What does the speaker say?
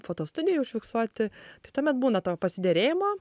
fotostudijoj užfiksuoti tai tuomet būna to pasiderėjimo